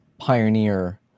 pioneer